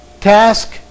task